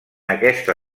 aquesta